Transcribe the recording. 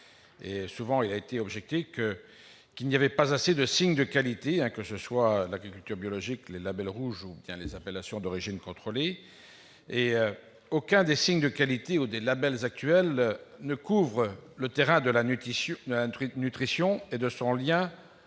souvent été objecté qu'il y avait déjà assez de signes de qualité, entre l'agriculture biologique, les labels rouges et les appellations d'origine contrôlée. Or aucun des signes de qualité ou labels actuels ne couvre le terrain de la nutrition et de son lien